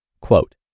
Quote